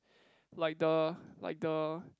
like the like the